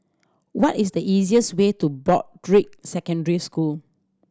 what is the easiest way to Broadrick Secondary School